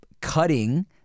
cutting